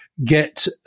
get